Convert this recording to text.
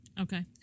Okay